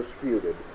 disputed